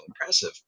impressive